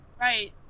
right